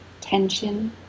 tension